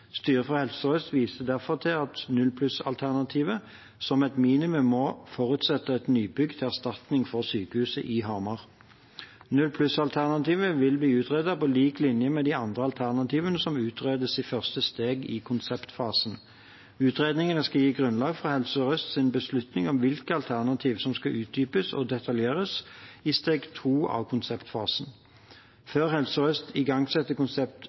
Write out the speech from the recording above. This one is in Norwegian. Styret for Helse Sør-Øst viste derfor til at null-pluss-alternativet som et minimum må forutsette et nybygg til erstatning for sykehuset i Hamar. Null-pluss-alternativet vil bli utredet på lik linje med de andre alternativene som utredes i første steg i konseptfasen. Utredningene skal gi grunnlag for Helse Sør-Østs beslutning om hvilke alternativ som skal utdypes og detaljeres i steg to av konseptfasen. Før Helse Sør-Øst igangsetter